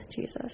Jesus